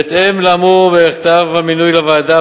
בהתאם לאמור בכתב המינוי לוועדה,